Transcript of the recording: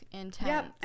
intense